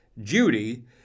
Judy